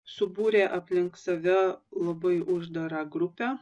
subūrė aplink save labai uždarą grupę